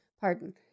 Pardon